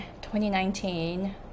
2019